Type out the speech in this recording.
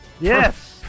Yes